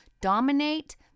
dominate